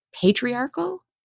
patriarchal